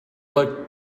like